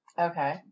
Okay